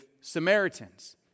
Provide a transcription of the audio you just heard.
Samaritans